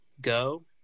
go